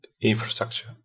infrastructure